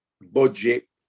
budget